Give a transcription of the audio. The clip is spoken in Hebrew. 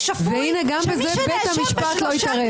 והנה, גם בזה בית המשפט לא התערב.